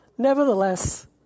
Nevertheless